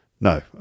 no